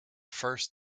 first